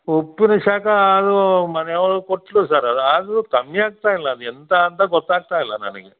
ಉಪ್ಪು ಉರಿ ಶಾಖ ಅದೂ ಮನೆಯವ್ಳು ಕೊಟ್ಟಳು ಸರ್ ಆದರೂ ಕಮ್ಮಿ ಆಗ್ತಾಯಿಲ್ಲ ಅದು ಎಂತ ಅಂತ ಗೊತ್ತಾಗ್ತಾಯಿಲ್ಲ ನನಗೆ